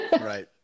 Right